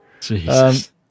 Jesus